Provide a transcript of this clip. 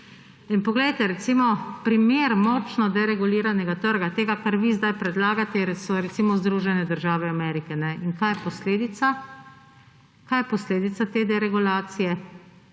cen zdravil. Primer močno dereguliranega trga, tega, kar vi zdaj predlagate, so recimo Združene države Amerike. In kaj je posledica? Kaj je posledica te deregulacije?